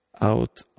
out